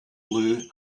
blue